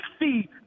see